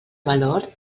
valor